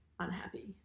Unhappy